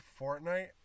Fortnite